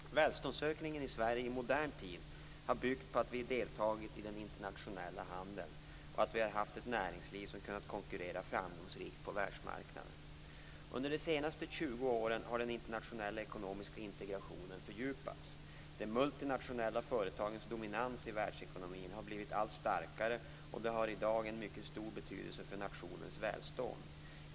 Välståndsökningen i Sverige i modern tid har byggt på att vi deltagit i den internationella handeln och att vi har haft ett näringsliv som kunnat konkurrera framgångsrikt på världsmarknaden. Under de senaste 20 åren har den internationella ekonomiska integrationen fördjupats. De multinationella företagens dominans i världsekonomin har blivit allt starkare, och de har i dag en mycket stor betydelse för nationers välstånd.